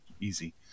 easy